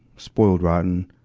spoiled rotten.